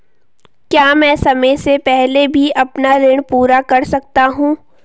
क्या मैं समय से पहले भी अपना ऋण पूरा कर सकता हूँ?